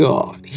God